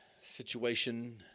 situation